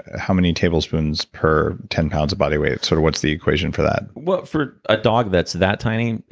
how many tablespoons per ten pounds of body weight? sort of what's the equation for that? well, for a dog that's that tiny,